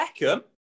Beckham